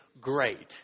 great